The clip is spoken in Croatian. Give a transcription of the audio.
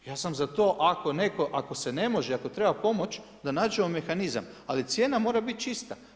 Ja sam za to, ako netko, ako se ne može i ako treba pomoći da nađemo mehanizam, ali cijena mora biti čista.